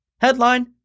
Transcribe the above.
Headline